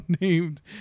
named